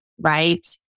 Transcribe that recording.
Right